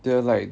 they are like